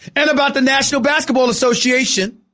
and about the national basketball association.